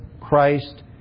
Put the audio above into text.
Christ